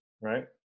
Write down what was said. right